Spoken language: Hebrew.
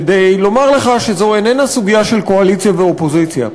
כדי לומר לך שזו איננה סוגיה של קואליציה ואופוזיציה,